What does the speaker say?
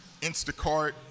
Instacart